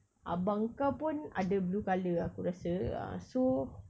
abang kau pun ada blue colour aku rasa ah so